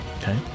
Okay